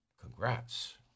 Congrats